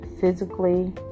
physically